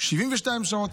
72 שעות.